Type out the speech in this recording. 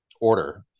order